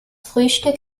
frühstück